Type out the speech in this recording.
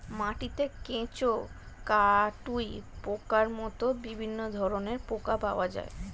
মাটিতে কেঁচো, কাটুই পোকার মতো বিভিন্ন ধরনের পোকা পাওয়া যায়